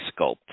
sculpt